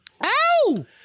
Ow